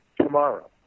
tomorrow